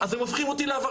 אז הם הופכים אותי לעבריין.